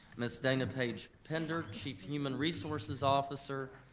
miss dana paige-pender chief human resources officer,